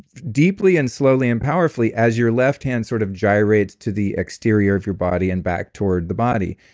deeply and slowly and powerfully as your left hand sort of gyrates to the exterior of your body and back toward the body.